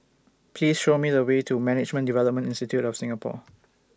Please Show Me The Way to Management Development Institute of Singapore